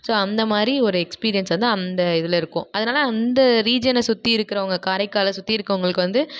so அந்த மாதிரி ஒரு எக்ஸ்பீரியன்ஸ் வந்து அந்த இதில் இருக்கும் அதனால் அந்த ரீஜியனை சுற்றி இருக்குறவங்க காரைக்காலை சுற்றி இருக்கவங்களுக்கு வந்து